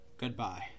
goodbye